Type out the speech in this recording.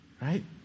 Right